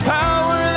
power